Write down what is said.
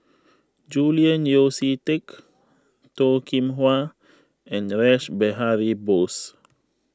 Julian Yeo See Teck Toh Kim Hwa and Rash Behari Bose